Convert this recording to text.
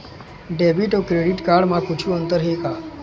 Debit अऊ credit card म कुछू अंतर हे का?